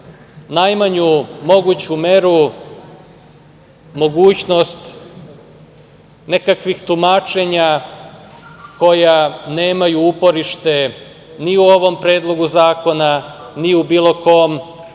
najmanju moguću meru mogućnost nekakvih tumačenja koja nemaju uporište ni u ovom Predlogu zakona ni u bilo kom